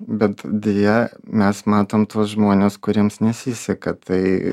bet deja mes matom tuos žmones kuriems nesiseka tai